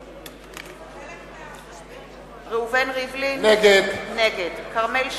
משתתף בהצבעה ראובן ריבלין, נגד כרמל שאמה,